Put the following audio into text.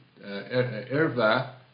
erva